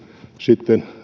sitten